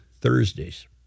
Thursdays